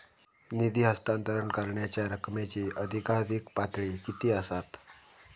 निधी हस्तांतरण करण्यांच्या रकमेची अधिकाधिक पातळी किती असात?